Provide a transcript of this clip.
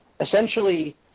Essentially